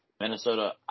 Minnesota